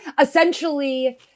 Essentially